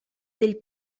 del